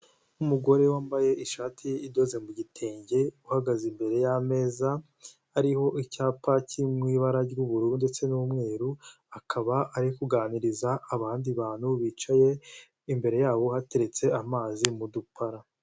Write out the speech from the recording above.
Umugore wambaye ishati idoze mu gitenge, uhagaze imbere y'ameza hariho icyapa kiri mu ibara ry'ubururu ndetse n'umweru akaba ari kuganiriza abandi bantu bicaye imbere yabo hateretse amazi mu dupara.